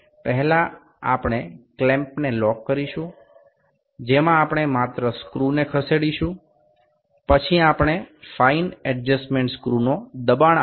প্রথমে স্ক্রুটি কেবল যেখানে এসেছে আমরা সেখানে আটকে দেব তারপরে আমরা চাপ দেওয়ার জন্য সূক্ষ্ম সামঞ্জস্য স্ক্রুটি ব্যবহার করব